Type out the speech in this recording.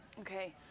Okay